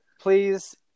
please